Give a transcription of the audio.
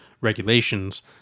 regulations